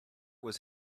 was